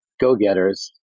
go-getters